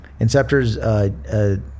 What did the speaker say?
Inceptors